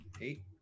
eight